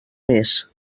més